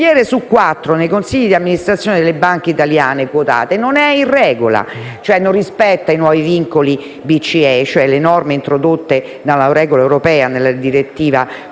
Un consigliere su quattro nei consigli di amministrazione delle banche italiane quotate non è in regola, cioè non rispetta i nuovi vincoli BCE, vale a dire le norme introdotte dalla quarta direttiva europea